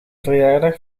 verjaardag